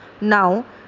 Now